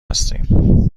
هستیم